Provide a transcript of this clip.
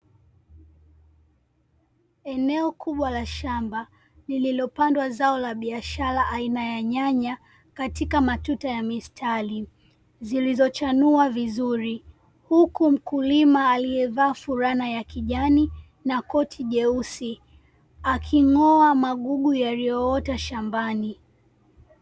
Eneo kubwa la shamba lililopandwa zao la biashara aina ya nyanya, katika matuta ya mistari zilizochanua vizuri. Huku mkulima aliyevaa fulana ya kijani na koti jeusi, aking'oa magugu yaliyoota shambani.